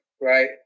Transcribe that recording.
right